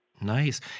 Nice